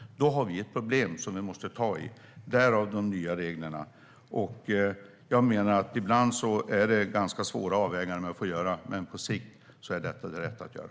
Då har vi ett problem som vi måste ta i. Av den anledningen har vi de nya reglerna. Jag menar att det ibland är ganska svåra avvägningar man får göra. Men på sikt är detta det rätta att göra.